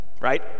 right